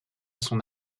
son